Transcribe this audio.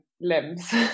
limbs